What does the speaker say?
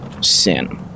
sin